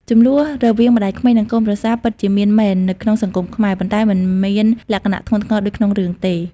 ជម្លោះរវាងម្តាយក្មេកនិងកូនប្រសាពិតជាមានមែននៅក្នុងសង្គមខ្មែរ ប៉ុន្តែមិនមានលក្ខណៈធ្ងន់ធ្ងរដូចក្នុងរឿងទេ។